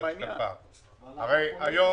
הרי היום